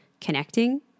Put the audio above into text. connecting